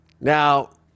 Now